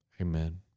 Amen